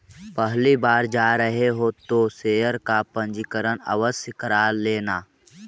पहली बार जा रहे हो तो शेयर का पंजीकरण आवश्य करा लेना